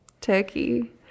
Turkey